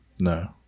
No